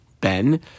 ben